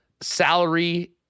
salary